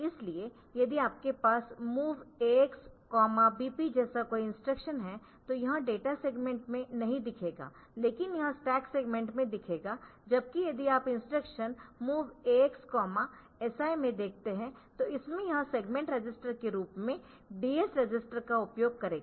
इसलिए यदि आपके पास MOV AX BP जैसा कोई इंस्ट्रक्शन है तो यह डेटा सेगमेंट में नहीं देखेगा लेकिन यह स्टैक सेगमेंट में देखेगा जबकि यदि आप इंस्ट्रक्शन MOV AX si में देखतेहै तो इसमें यह सेगमेंट रजिस्टर के रूप में DS रजिस्टर का उपयोग करेगा